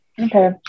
Okay